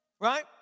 right